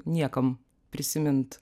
niekam prisimint